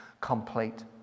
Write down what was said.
complete